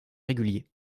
réguliers